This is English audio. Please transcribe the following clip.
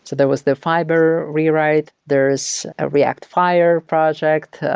so there was the fiber rewrite, there's a react fire project,